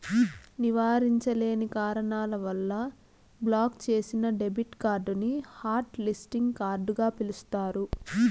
నివారించలేని కారణాల వల్ల బ్లాక్ చేసిన డెబిట్ కార్డుని హాట్ లిస్టింగ్ కార్డుగ పిలుస్తారు